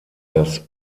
dass